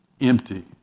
empty